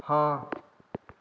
ਹਾਂ